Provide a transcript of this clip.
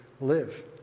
live